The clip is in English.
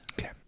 Okay